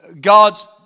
God's